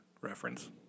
reference